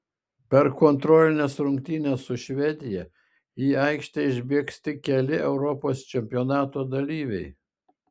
per kontrolines rungtynes su švedija į aikštę išbėgs tik keli europos čempionato dalyviai